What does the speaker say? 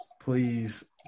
Please